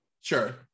Sure